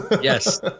Yes